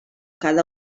cada